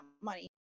money